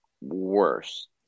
worse